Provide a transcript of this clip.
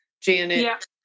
Janet